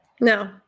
No